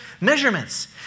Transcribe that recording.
measurements